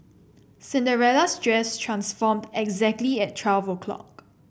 Cinderella's dress transformed exactly at twelve o'clock